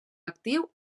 actiu